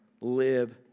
live